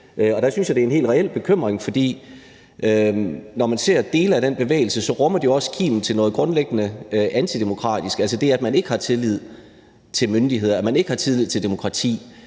Jeg synes, det er en helt reel bekymring, for når man ser dele af den bevægelse, rummer det også kimen til noget grundlæggende antidemokratisk, altså det, at man ikke har tillid til myndighederne, at man ikke har tillid til demokratiet.